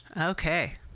Okay